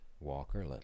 Walker